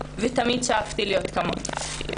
ותמיד שאפתי להיות כמוהם.